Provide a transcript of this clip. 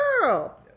girl